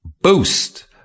Boost